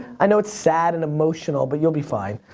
i know it's sad and emotional but you'll be fine.